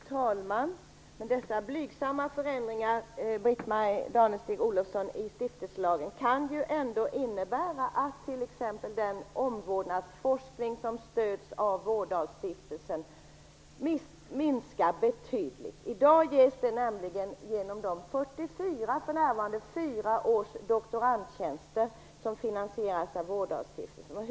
Fru talman! Dessa blygsamma förändringar i stiftelselagen kan ändå innebära att t.ex. den omvårdnadsforskning som stöds av Vårdalstiftelsen minskar betydligt, Britt-Marie Danestig-Olofsson. I dag ges den nämligen 44 doktorandtjänster, för närvarande fyraåriga, som finansieras av denna stiftelse.